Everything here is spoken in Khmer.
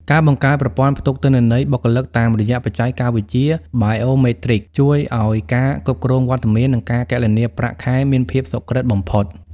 ការបង្កើតប្រព័ន្ធផ្ទុកទិន្នន័យបុគ្គលិកតាមរយៈបច្ចេកវិទ្យា Biometric ជួយឱ្យការគ្រប់គ្រងវត្តមាន និងការគណនាប្រាក់ខែមានភាពសុក្រឹតបំផុត។